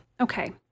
Okay